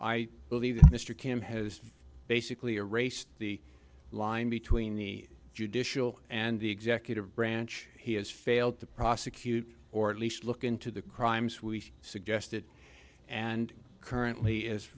i believe mr kim has basically erased the line between the judicial and the executive branch he has failed to prosecute or at least look into the crimes we suggested and currently is